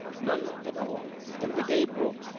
none at all and the day broke.